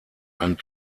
ein